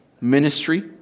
ministry